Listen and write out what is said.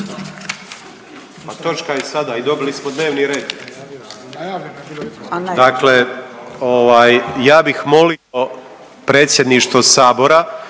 Pa točka je sada i dobili smo dnevni red. Dakle, ovaj, ja bih molio Predsjedništvo Sabora